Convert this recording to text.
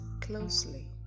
closely